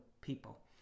people